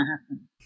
happen